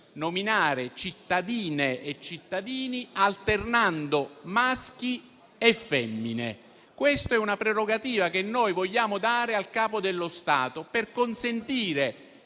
nominare cittadine e cittadini, alternando maschi e femmine. Questa è una prerogativa che noi vogliamo dare al Capo dello Stato, per consentire